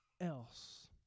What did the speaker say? else